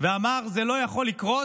ואמר: זה לא יכול לקרות,